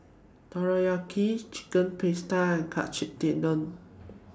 Takoyaki Chicken Pasta and Katsu Tendon